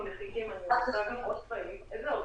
בהקשר של הצעת החוק הזו ניתן באופן כללי, לא רק